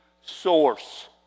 source